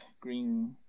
green